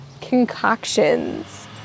concoctions